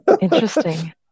interesting